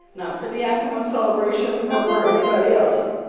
not for the acoma celebration or for anybody else's.